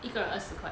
一个人二十块